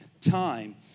time